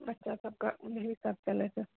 बच्चा सबके